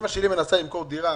אימא שלי מנסה למכור דירה